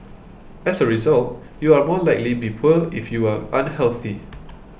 as a result you are more likely be poor if you are unhealthy